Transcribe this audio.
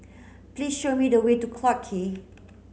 please show me the way to Clarke Quay